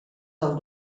del